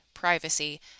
privacy